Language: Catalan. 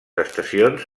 estacions